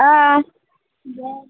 आं